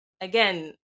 again